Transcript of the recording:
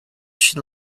should